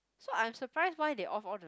so I'm surprised why they off all the